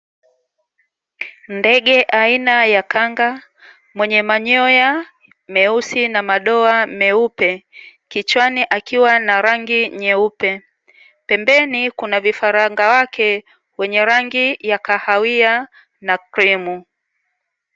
Ndege aina ya kanga mwenye manyoya meusi na madoa meupe, kichwani akiwa na rangi nyeupe, pembeni kuna vifaranga wake wenye rangi ya kahawia na krimu.